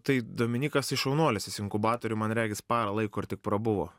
tai dominykas jis šaunuolis jis inkubatoriuj man regis parą laiko ir tik prabuvo